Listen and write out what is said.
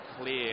clear